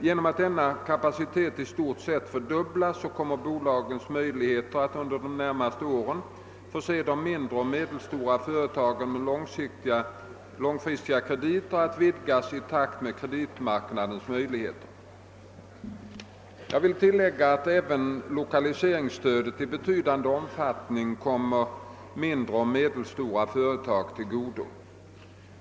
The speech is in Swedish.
Genom att denna kapacitet i stort sett fördubblas kommer bolagens möjligheter att under de närmaste åren förse de mindre och medelstora företagen med långfristiga krediter att vidgas i takt med kreditmarknadens möjligheter. Jag vill tillägga, att även lokaliseringsstödet i betydande omfattning kommer mindre och medelstora företag till godo.